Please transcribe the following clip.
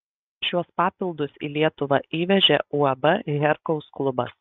šiuos papildus į lietuvą įvežė uab herkaus klubas